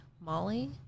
Molly